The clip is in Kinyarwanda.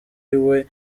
iwe